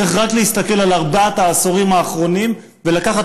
צריך רק להסתכל על ארבעת העשורים האחרונים ולקחת